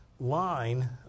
line